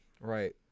right